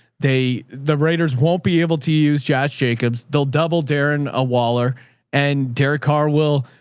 they, the raiders won't be able to use josh jacobs. they'll double darren, a waller and derek carr will,